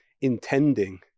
intending